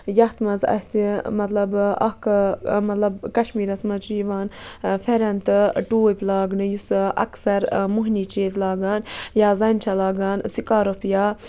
یَتھ منٛز اَسہِ مطلب اکھ مطلب کَشمیٖرَس منٛز چھُ یِوان فیرَن تہٕ ٹوٗپۍ لگانہٕ یُس اَکثر موہنوی چھِ أسۍ لگان یا زَنہِ چہِ لگان سٔکارٔف یا